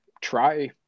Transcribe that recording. try